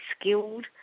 skilled